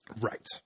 Right